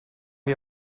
wir